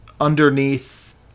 Underneath